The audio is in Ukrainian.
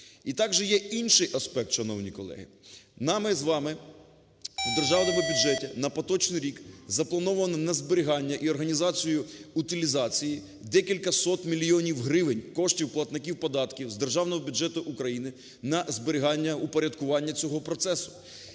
І також є інший аспект, шановні колеги. Нами з вами в Державному бюджеті на поточний рік заплановано на зберігання і організацію утилізації, декількасот мільйонів гривень коштів платників податків з Державного бюджету України на зберігання упорядкування цього процесу.